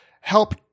help